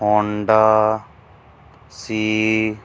Honda C